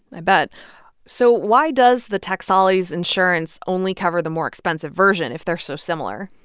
i but so why does the taksalis' insurance only cover the more expensive version if they're so similar?